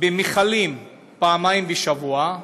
במכלים פעמיים בשבוע,